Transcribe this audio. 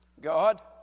God